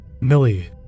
Millie